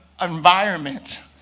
environment